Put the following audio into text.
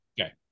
Okay